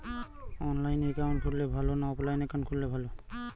অনলাইনে একাউন্ট খুললে ভালো না অফলাইনে খুললে ভালো?